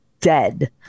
dead